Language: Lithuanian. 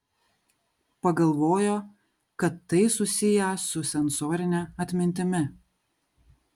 pagalvojo kad tai susiję su sensorine atmintimi